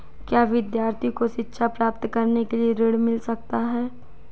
क्या विद्यार्थी को शिक्षा प्राप्त करने के लिए ऋण मिल सकता है?